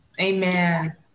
Amen